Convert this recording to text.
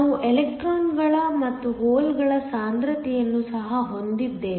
ನಾವು ಎಲೆಕ್ಟ್ರಾನ್ಗಳು ಮತ್ತು ಹೋಲ್ಗಳ ಸಾಂದ್ರತೆಯನ್ನು ಸಹ ಹೊಂದಿದ್ದೇವೆ